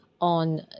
on